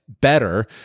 better